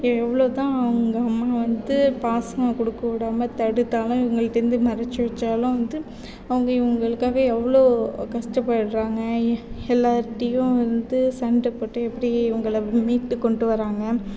எவ்வளோ தான் அவங்க அம்மா வந்து பாசம் கொடுக்க விடாம தடுத்தாலும் இவங்களிடத்திலருந்து மறைச்சு வைச்சாலும் வந்து அவங்க இவங்களுக்காக எவ்வளோ கஷ்டப்படுகிறாங்க எல்லார்ட்டேயும் சண்டை போட்டு இவங்கள மீட்டு கொண்டு வராங்க